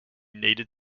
needed